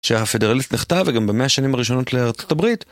ש"הפדרליסט" נכתב, וגם במאה השנים הראשונות לארצות הברית